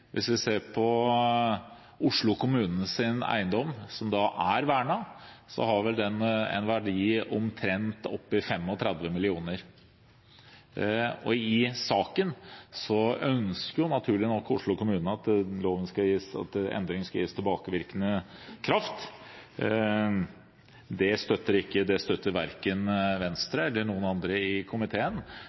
vel den en verdi på omtrent 35 mill. kr, og i saken ønsker naturlig nok Oslo kommune at endringen skal gis tilbakevirkende kraft. Det støtter verken Venstre eller noen andre i komiteen.